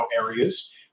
areas